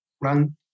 run